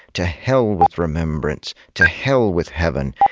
to here with remembrance, to here with heaven,